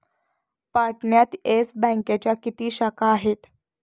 पाटण्यात येस बँकेच्या किती शाखा आहेत?